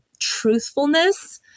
truthfulness